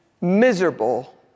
miserable